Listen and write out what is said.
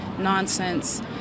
nonsense